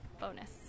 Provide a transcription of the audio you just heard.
bonus